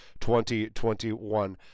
2021